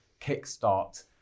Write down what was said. kickstart